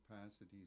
capacities